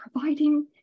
providing